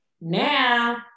Now